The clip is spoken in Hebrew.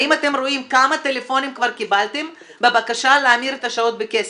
האם אתם רואים כמה טלפונים כבר קיבלתם בבקשה להמיר את השעות בכסף?